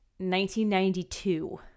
1992